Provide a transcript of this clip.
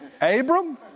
Abram